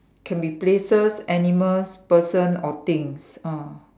can be places animals person or things ah